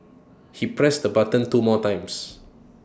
he pressed the button two more times